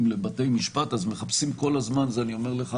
לבתי המשפט מחפשים כל הזמן את זה אני אומר לך,